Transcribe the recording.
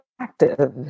active